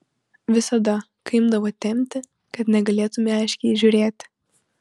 visada kai imdavo temti kad negalėtumei aiškiai įžiūrėti